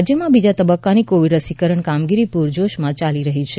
રાજ્યમાં બીજા તબક્કાની કોવિડ રસીકરણ કામગીરી પુરજોશમાં ચાલી રહી છે